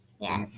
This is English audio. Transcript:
Yes